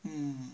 mm